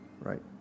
right